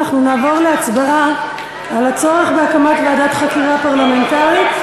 אנחנו נעבור להצבעה על הצורך בהקמת ועדת חקירה פרלמנטרית.